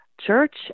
church